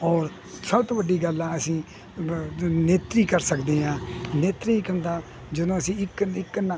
ਔਰ ਸਭ ਤੋਂ ਵੱਡੀ ਗੱਲ ਹ ਅਸੀਂ ਨੇਤਰੀ ਕਰ ਸਕਦੇ ਹਾਂ ਨੇਤਰੀ ਕੀ ਹੁੰਦਾ ਜਦੋਂ ਅਸੀਂ ਇੱਕ ਇੱਕ ਨੱਕ